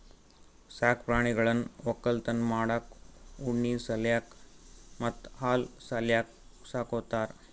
ಸಾಕ್ ಪ್ರಾಣಿಗಳನ್ನ್ ವಕ್ಕಲತನ್ ಮಾಡಕ್ಕ್ ಉಣ್ಣಿ ಸಲ್ಯಾಕ್ ಮತ್ತ್ ಹಾಲ್ ಸಲ್ಯಾಕ್ ಸಾಕೋತಾರ್